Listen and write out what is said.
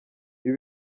ibi